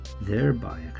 thereby